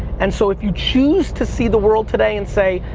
and so if you choose to see the world today and say,